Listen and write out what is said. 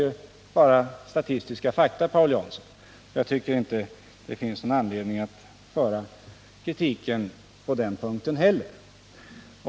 Detta är bara statistiska fakta, Paul Jansson, och jag tycker inte att det finns någon anledning att föra fram kritik på den punkten.